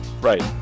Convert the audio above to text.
Right